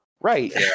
right